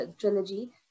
trilogy